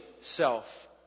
self